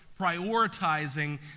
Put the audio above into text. prioritizing